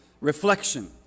reflection